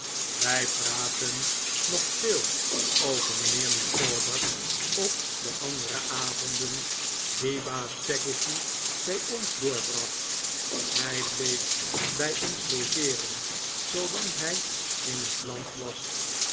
wij praatten nog veel over mijnheer micawber op de andere avonden die baas peggotty bij ons doorbracht hij bleef bij ons logeeren zoolang hij in het land was